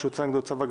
במטרה לצמצם את